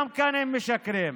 גם כאן הם משקרים,